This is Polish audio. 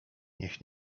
niech